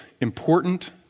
important